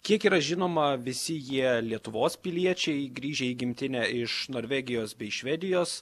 kiek yra žinoma visi jie lietuvos piliečiai grįžę į gimtinę iš norvegijos bei švedijos